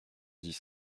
dix